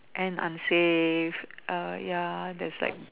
and unsafe err ya thats like